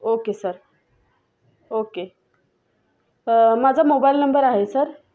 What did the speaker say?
okay sir okay माझा mobile number आहे sir